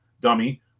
dummy